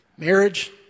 Marriage